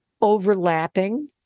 overlapping